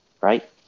right